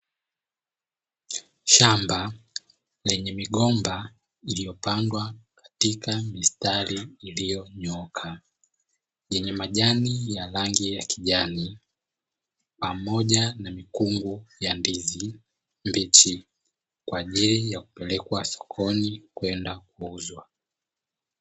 Shamba lenye migomba iliyopandwa katika mistari iliyonyooka yenye majani ya rangi ya kijani pamoja na mikungu ya ndizi mbichi kwa ajili ya kupelekwa sokoni kwenda kuuzwa.